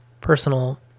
personal